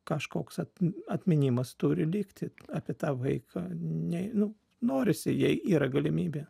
kažkoks at atminimas turi likti apie tą vaiką nei nu norisi jei yra galimybė